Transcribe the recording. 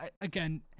again